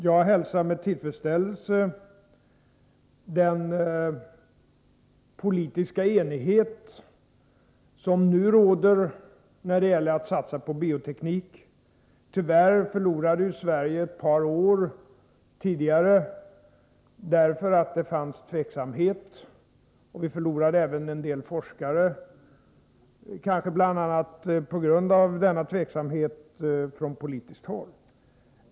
Jag hälsar med tillfredsställelse den politiska enighet som nu råder när det gäller att satsa på bioteknik. Tyvärr förlorade Sverige tidigare ett par år därför att det fanns tveksamhet, och vi förlorade även en del forskare, kanske bl.a. på grund av denna tveksamhet från politiskt håll.